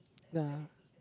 ya